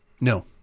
No